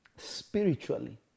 spiritually